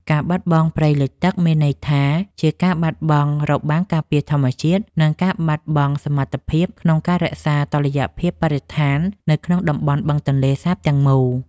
ការបាត់បង់ព្រៃលិចទឹកមានន័យថាជាការបាត់បង់របាំងការពារធម្មជាតិ និងការបាត់បង់សមត្ថភាពក្នុងការរក្សាតុល្យភាពបរិស្ថាននៅក្នុងតំបន់បឹងទន្លេសាបទាំងមូល។